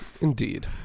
Indeed